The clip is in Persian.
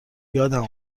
یادم